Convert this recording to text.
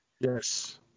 Yes